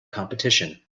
competition